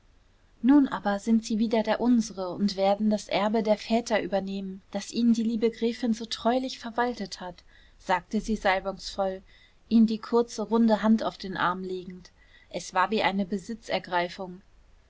nun aber sind sie wieder der unsere und werden das erbe der väter übernehmen das ihnen die liebe gräfin so treulich verwaltet hat sagte sie salbungsvoll ihm die kurze runde hand auf den arm legend es war wie eine besitzergreifung